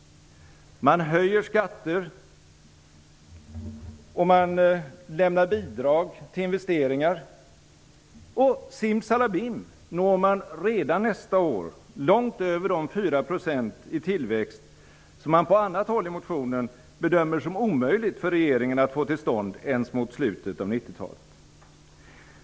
Man höjer skatter och lämnar bidrag till investeringar, och -- simsalabim -- når man redan nästa år långt över de 4 % i tillväxt som man på annat håll i motionen bedömer som omöjligt för regeringen att få till stånd ens mot slutet av 90-talet.